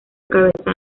cabeza